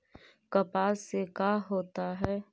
कपास से का होता है?